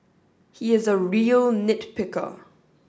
he is a real nit picker